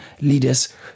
leaders